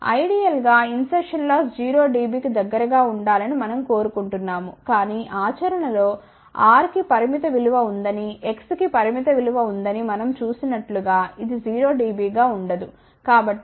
ideal గా insertion loss 0 dB కి దగ్గరగా ఉండాలని మనం కోరుకుంటున్నాము కాని ఆచరణలో R కి పరిమిత విలువ ఉందని X కి పరిమిత విలువ ఉందని మనం చూసినట్లుగా ఇది 0 dB గా ఉండదు